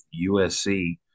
USC